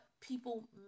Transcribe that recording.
people